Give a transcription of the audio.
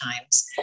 times